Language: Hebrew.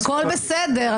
הכול בסדר.